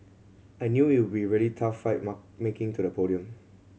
I knew it would be really tough fight making to the podium